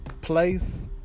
place